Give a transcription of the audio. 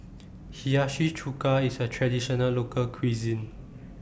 Hiyashi Chuka IS A Traditional Local Cuisine